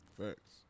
Facts